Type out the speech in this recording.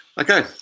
Okay